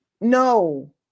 no